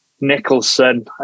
Nicholson